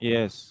Yes